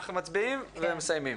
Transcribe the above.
אנחנו מצביעים ומסיימים.